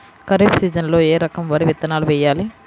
ఖరీఫ్ సీజన్లో ఏ రకం వరి విత్తనాలు వేయాలి?